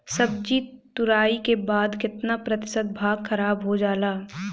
सब्जी तुराई के बाद केतना प्रतिशत भाग खराब हो जाला?